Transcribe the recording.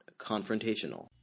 confrontational